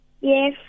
yes